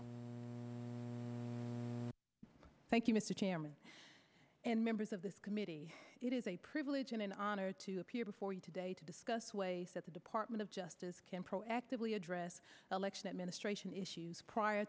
thank you mr chairman and members of this committee it is a privilege and an honor to appear before you today to discuss ways that the department of justice can proactively address election administration issues prior